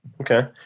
Okay